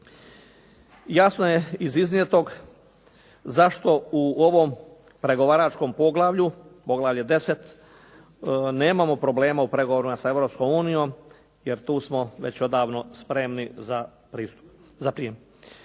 Jasno je iz iznijetog zašto u ovom pregovaračkom poglavlju 10 nemamo problema u pregovorima sa Europskom unijom jer tu smo već odavno spremni za prijem.